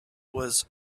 was